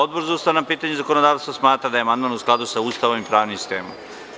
Odbor za ustavna pitanja i zakonodavstvo smatra da je amandman u skladu sa Ustavom i pravnim sistemom.